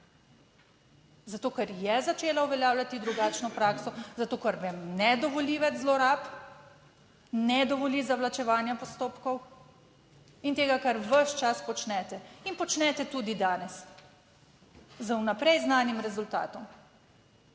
Zato, ker je začela uveljavljati drugačno prakso, zato ker vam ne dovoli več zlorab, ne dovoli zavlačevanja postopkov in tega, kar ves čas počnete in počnete tudi danes z vnaprej znanim rezultatom